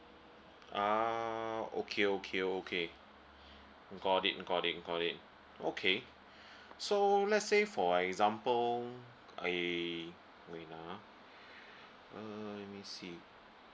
ah okay okay okay got it got it got it okay so let's say for example I wait ah um let me see